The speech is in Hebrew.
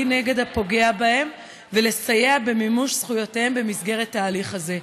נגד הפוגע בהם ולסייע במימוש זכויותיהם במסגרת ההליך הזה.